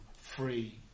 free